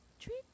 treat